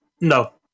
No